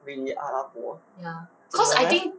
really 阿拉伯真的 meh